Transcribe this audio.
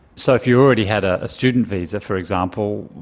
so if you already had a student visa, for example,